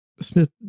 Smith